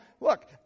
look